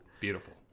Beautiful